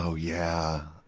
so yeah.